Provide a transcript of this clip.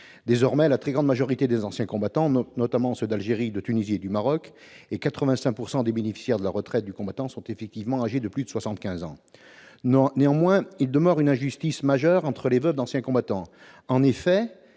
Désormais, la très grande majorité des anciens combattants, notamment ceux d'Algérie, de Tunisie et du Maroc, ainsi que 85 % des bénéficiaires de la retraite du combattant sont effectivement âgés de plus de 75 ans. Néanmoins, il demeure une injustice majeure entre les veuves d'anciens combattants. En effet,